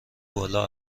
بالا